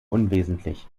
unwesentlich